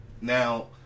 Now